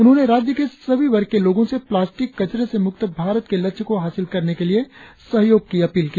उन्होंने राज्य के सभी वर्ग के लोगों से प्लास्टिक कचरे से मुक्त भारत के लक्ष्य को हासिल करने के लिए सहयोग की अपील की